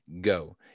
go